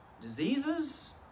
diseases